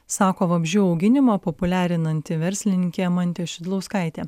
sako vabzdžių auginimą populiarinanti verslininkė mantė šidlauskaitė